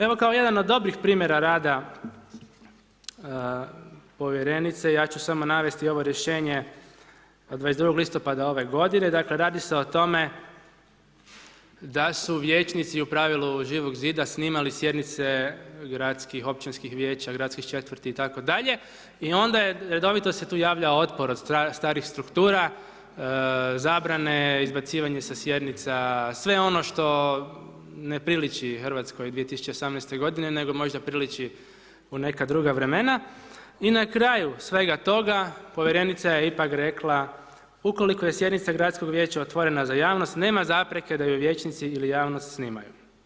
Evo kao jedan od dobrih primjera rada povjerenice ja ću samo navesti ovo rješenje od 22. listopada ove godine, dakle radi se o tome da su vijećnici u pravilu Živog zida snimali sjednice gradskih, općinskih vijeća, gradskih četvrti itd. i onda redovito se tu javlja otpor od starih struktura, zabrane, izbacivanje sa sjednica sve ono što ne priliči Hrvatskoj 2018. godine nego možda priliči u neka druga vremena i na kraju svega toga povjerenica je ipak rekla, ukoliko je sjednica Gradskog vijeća otvorena za javnost nema zapreke da ju vijećnici ili javnost snimanju.